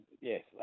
Yes